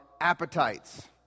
appetites